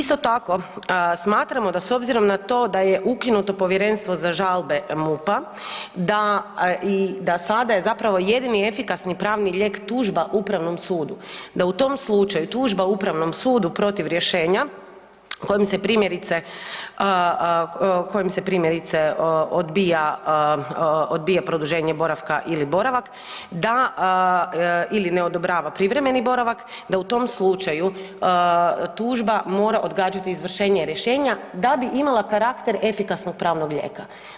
Isto tako, smatramo da s obzirom na to da je ukinuto povjerenstvo za žalbe MUP-a da i, da sada je zapravo jedini efikasni pravni lijek tužba Upravnom sudu, da u tom slučaju tužba Upravnom sudu protiv rješenja kojim se primjerice kojim se primjerice odbija, odbija produženje boravka ili boravak da ili ne odobrava privremeni boravak, da u tom slučaju tužba mora odgađati izvršenje rješenja da bi imala karakter efikasnog pravnog lijeka.